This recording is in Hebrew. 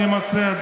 אני מציע,